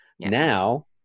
Now